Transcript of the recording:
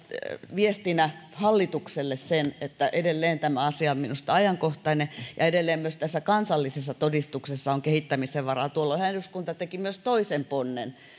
viestinä hallitukselle sen että edelleen tämä asia on minusta ajankohtainen ja edelleen myös kansallisessa todistuksessa on kehittämisen varaa tuolloinhan eduskunta teki myös toisen ponnen